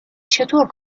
چطور